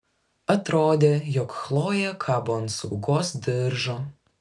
atrodė jog chlojė kabo ant saugos diržo